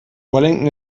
wellington